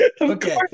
Okay